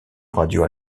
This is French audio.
radio